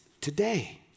today